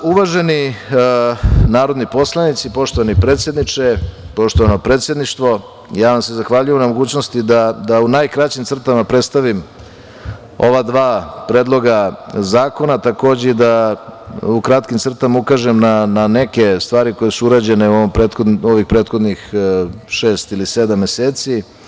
Uvaženi narodni poslanici, poštovani predsedniče, poštovana predsedništvo, ja vam se zahvaljujem na mogućnosti da u najkraćim crtama prestavim ova dva Predloga zakona, takođe da u kratkim crtama ukažem na neke stvari koje su urađene ovih prethodnih šest ili sedam meseci.